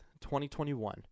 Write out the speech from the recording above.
2021